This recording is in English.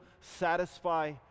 satisfy